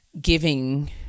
giving